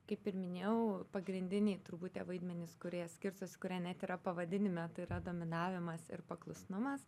kaip ir minėjau pagrindiniai turbūt tie vaidmenys kurie skirstosi kurie net yra pavadinime tai yra dominavimas ir paklusnumas